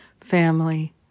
family